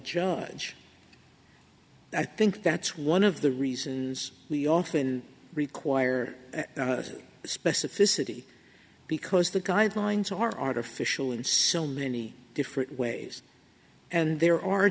judge i think that's one of the reasons we often require specificity because the guidelines are artificial in so many different ways and there are